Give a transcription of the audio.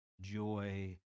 joy